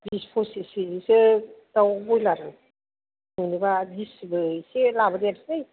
बिस पसिस केजिसो दाव बयलारखौ मोनोबा दिसिबो एसे लाबोदेरसै